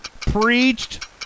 preached